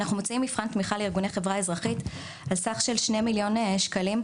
אנחנו מוציאים מבחן תמיכה לארגוני חברה אזרחית על סך של 2 מיליון שקלים,